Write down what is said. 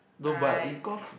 no but it's cause